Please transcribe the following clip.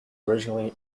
originally